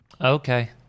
okay